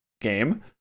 game